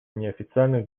неофициальных